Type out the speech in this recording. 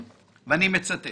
אני חושב